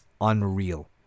unreal